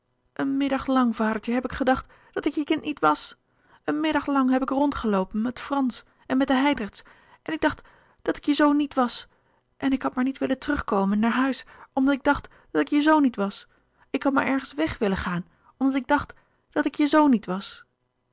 een middag lang vadertje heb ik gedacht dat ik je kind niet was een middag lang heb ik rondgeloopen met frans en met de hijdrechts en ik dacht dat ik je zoon niet was en ik had maar niet willen terugkomen naar huis omdat ik dacht dat ik je zoon niet was ik had maar ergens weg willen gaan omdat ik dacht dat ik je zoon niet was